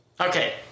Okay